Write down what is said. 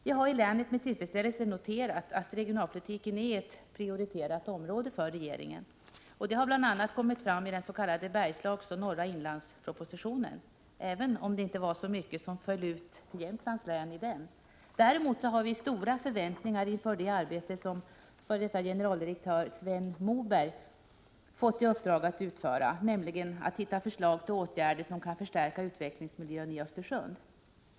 Vi har i länet med tillfredsställelse noterat att regionalpolitiken är ett för regeringen prioriterat område. Det har bl.a. kommit fram i den regionalpolitiska propositionen om Bergslagen och norra Sveriges inland, även om det inte var så mycket i den som föll ut till Jämtlands läns fördel. Däremot har vi 116 stora förväntningar inför det arbete som f. d. generaldirektören Sven Moberg fått i uppdrag att utföra, nämligen att hitta förslag till åtgärder som kan Prot. 1987/88:81 förstärka utvecklingsmiljön i Östersund.